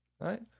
Right